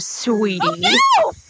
sweetie